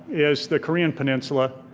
is the korean peninsula.